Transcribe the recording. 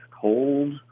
cold